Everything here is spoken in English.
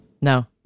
No